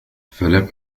فلم